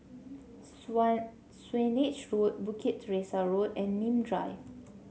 Swanage Road Bukit Teresa Road and Nim Drive